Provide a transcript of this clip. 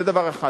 זה דבר אחד.